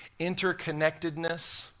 interconnectedness